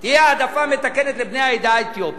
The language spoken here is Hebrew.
תהיה העדפה מתקנת לבני העדה האתיופית,